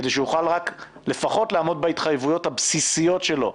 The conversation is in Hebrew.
כדי שהוא יוכל לפחות לעמוד בהתחייבויות הבסיסיות שלו,